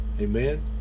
Amen